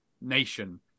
nation